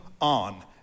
on